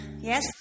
Yes